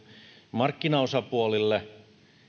markkinaosapuolille